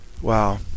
wow